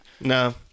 No